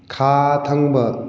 ꯈꯥ ꯊꯪꯕ